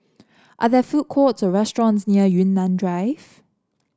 are there food courts or restaurants near Yunnan Drive